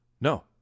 No